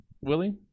Willie